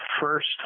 first